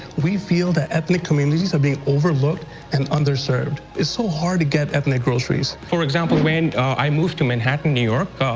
we feel that ethnic communities are being overlooked and underserved. it's so hard to get ethnic groceries. for example, when i moved to manhattan, new york,